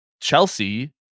Chelsea